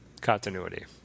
continuity